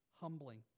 humbling